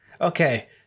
Okay